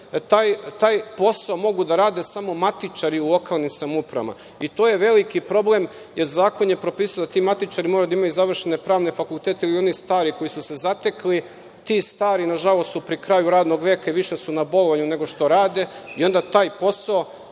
taj posao mogu da rade samo matičari u lokalnim samoupravama. To je veliki problem, jer zakon je propisao da ti matičari imaju završene Pravne fakultet i oni stari koji su se zatekli, ti stari su, nažalost, pri kraju radnog veka i više su na bolovanju nego što rade, i onda taj posao